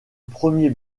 premier